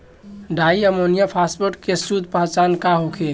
Di ammonium phosphate के शुद्ध पहचान का होखे?